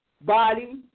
body